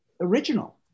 original